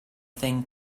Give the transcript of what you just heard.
thing